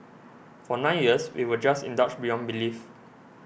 for nine years we were just indulged beyond belief